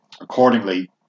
Accordingly